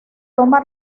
toma